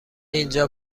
اینجا